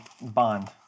bond